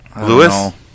Lewis